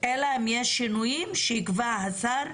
שאלא אם יש שינויים שיקבע השר,